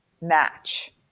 match